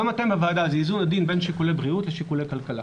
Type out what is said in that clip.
גם אצלכם בוועדה זה איזון עדין בין שיקולי בריאות לשיקולי כלכלה.